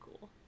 cool